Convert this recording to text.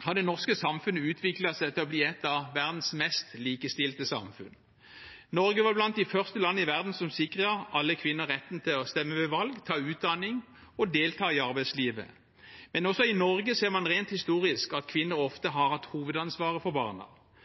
har det norske samfunnet utviklet seg til å bli et av verdens mest likestilte samfunn. Norge var blant de første land i verden som sikret alle kvinner retten til å stemme ved valg, ta utdanning og delta i arbeidslivet. Men også i Norge ser man, rent historisk, at kvinner ofte har hatt hovedansvaret for barna.